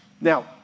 now